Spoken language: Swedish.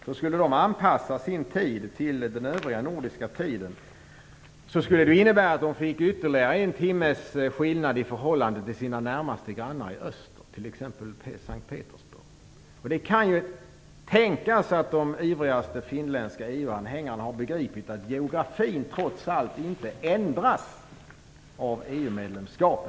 Om de skulle anpassa sin tid till tiden i det övriga Norden, skulle de få ytterligare en timmes skillnad i förhållande till sina närmaste grannar i öster, t.ex. S:t Petersburg. Det kan tänkas att de ivrigaste finländska EU-anhängarna har begripit att geografin trots allt inte ändras genom ett EU-medlemskap.